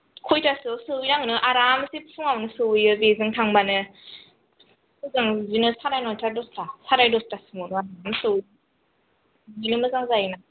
खयथासोआव सहैनांगौ नों आरामसे फुङावनो सहैयो बेजों थांब्लानो खयथायाव मोनहैगोन नों साराय नयथा दसथा साराय दसथासोआवनो सहैयो बेनो मोजां जाहैगोन